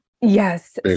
yes